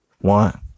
One